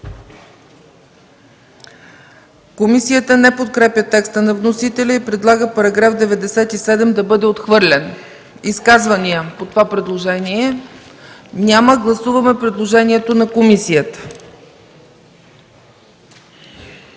Комисията не подкрепя текста на вносителя и предлага § 97 да бъде отхвърлен. Изказвания по това предложение? Няма. Гласуваме предложението на комисията.